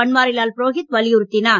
Banwarilal Purohit வலியுத்தினார்